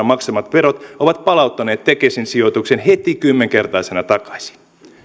maksamat verot ovat palauttaneet tekesin sijoituksen heti kymmenkertaisena takaisin